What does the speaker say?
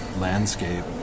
landscape